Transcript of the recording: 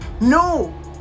no